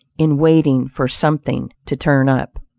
in waiting for something to turn up.